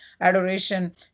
adoration